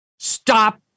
Stop